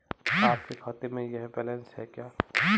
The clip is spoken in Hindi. आपके खाते में यह बैलेंस है क्या?